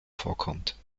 vorkommt